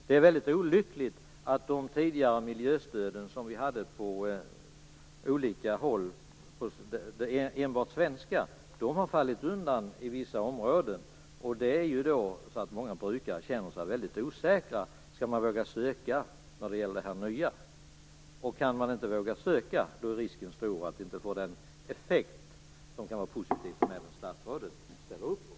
Det är olyckligt att de tidigare, enbart svenska miljöstöden som vi hade på olika håll, har fallit undan i vissa områden. Många brukare känner sig väldigt osäkra om de skall våga söka när det gäller det nya. Om de inte vågar söka är risken stor att det inte får den effekt som kan vara positiv, som även statsrådet ställer upp på.